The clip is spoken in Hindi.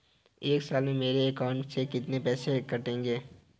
एक साल में मेरे अकाउंट से कितने रुपये कटेंगे बताएँ?